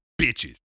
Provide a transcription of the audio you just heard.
bitches